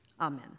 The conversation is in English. Amen